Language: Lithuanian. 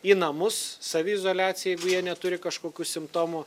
į namus saviizoliacijai jeigu jie neturi kažkokių simptomų